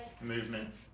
movement